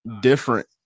different